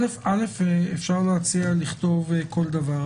אפשר להציע לכתוב כל דבר,